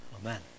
Amen